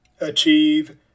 achieve